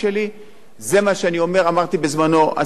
אמרתי: השר הרצוג התחיל עם זה,